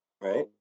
right